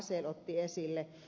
asell otti sen esille